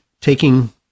taking